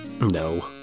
no